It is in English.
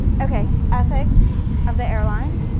okay, ethics of the airline.